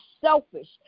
selfish